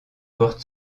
portent